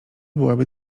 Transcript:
byłaby